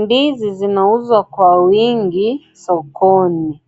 Ndizi zinauzwa kwa wingi sokoni.